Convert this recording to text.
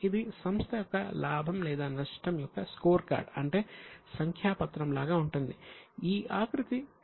ఇది సంస్థ యొక్క లాభం లేదా నష్టం యొక్క స్కోర్ కార్డ్ అంటే సంఖ్య పత్రం లాగా ఉంటుంది